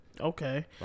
Okay